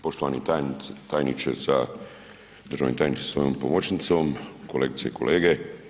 Poštovani tajniče, državni tajniče sa svojom pomoćnicom, kolegice i kolege.